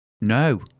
no